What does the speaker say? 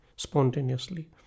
spontaneously